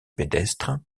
pédestre